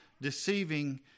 deceiving